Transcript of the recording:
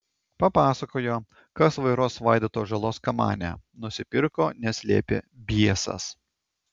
papasakojo kas vairuos vaidoto žalos kamanę nusipirko nes liepė biesas